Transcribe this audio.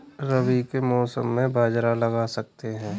रवि के मौसम में बाजरा लगा सकते हैं?